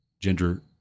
gender